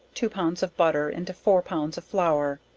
two pounds of butter, into four pounds of flour,